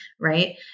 right